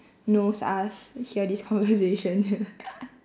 knows us hear this conversation